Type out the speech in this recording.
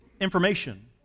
information